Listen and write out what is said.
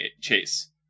Chase